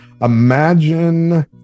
Imagine